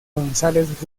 gonzález